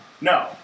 No